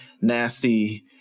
nasty